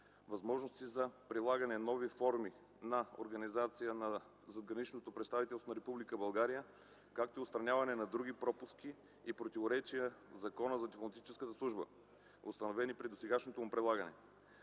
възможности за прилагане на нови форми на организация на задграничното представителство на Република България; както и отстраняване на други пропуски и противоречия в Закона за дипломатическата служба, установени при досегашното му прилагане.